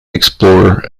explorer